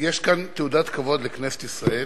שיש פה תעודת כבוד לכנסת ישראל,